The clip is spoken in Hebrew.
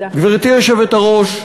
גברתי היושבת-ראש,